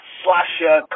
slasher